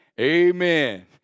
Amen